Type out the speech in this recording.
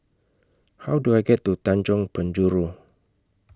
How Do I get to Tanjong Penjuru